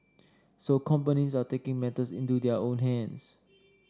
so companies are taking matters into their own hands